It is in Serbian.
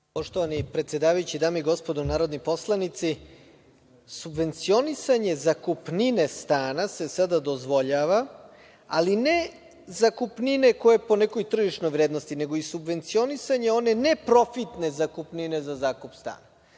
Poštovani predsedavajući, dame i gospodo narodni poslanici, subvencionisanje zakupnine stana se sada dozvoljava, ali ne zakupnine koje po nekoj tržišnoj vrednosti, nego subvencionisanje one neprofitne zakupnine za zakup stana.